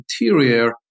interior